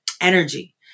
energy